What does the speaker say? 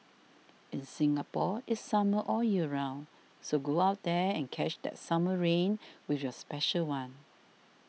in Singapore it's summer all year round so go out there and catch that summer rain with your special one